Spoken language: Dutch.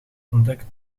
ontdekt